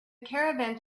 caravans